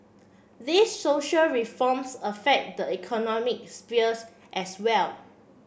these social reforms affect the economic spheres as well